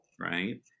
right